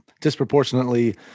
Disproportionately